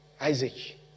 Isaac